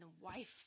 wife